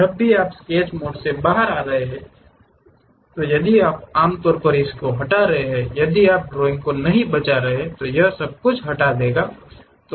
इसलिए जब भी आप स्केच मोड से बाहर आ रहे हैं यदि आप आमतौर पर हटा रहे हैं यदि आप ड्राइंग को नहीं बचा रहे हैं तो यह सब कुछ हटा देता है